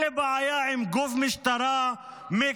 אין לי בעיה עם גוף משטרה מקצועי